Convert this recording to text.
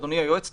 אדוני היועץ,